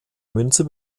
münze